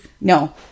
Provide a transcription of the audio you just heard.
no